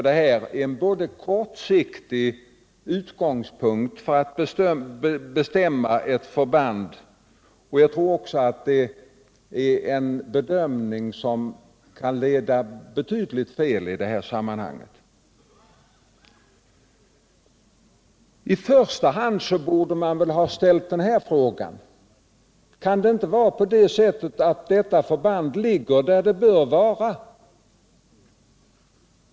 Det här är en kortsiktig utgångspunkt för att bestämma lokaliseringen av ett förband, och jag tror också att det är en bedömning som kan leda väldigt fel. I första hand borde man ha ställt den här frågan: Kan det inte vara på det sättet att detta förband ligger där det bör vara?